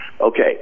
Okay